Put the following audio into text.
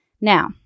Now